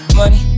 money